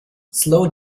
slow